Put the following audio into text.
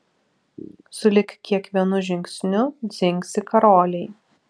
sulig kiekvienu žingsniu dzingsi karoliai